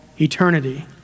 eternity